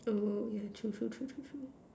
oh yeah true true true true true